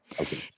Okay